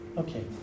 Okay